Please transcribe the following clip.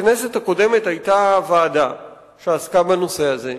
בכנסת הקודמת היתה ועדה שעסקה בנושא הזה.